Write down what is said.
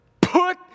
Put